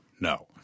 No